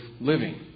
living